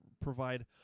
provide